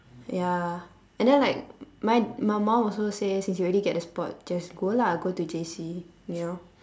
ya and then like mine my mom also say since you already get the spot just go lah go to J_C you know